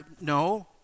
No